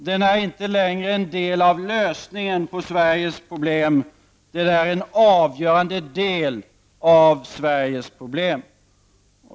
Den är inte längre en del av lösningen på Sveriges problem, den är en avgörande del av Sveriges problem.